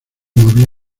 movía